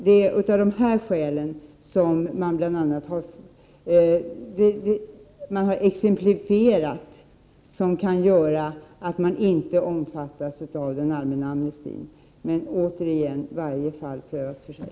Det är av dessa skäl som man har exemplifierat att man inte omfattas av den allmänna amnestin. Återigen: Varje fall prövas för sig.